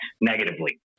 negatively